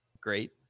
great